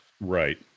Right